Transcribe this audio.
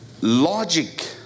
logic